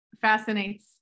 fascinates